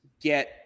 get